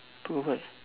apa kau buat